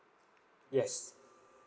yes